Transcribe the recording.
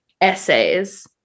essays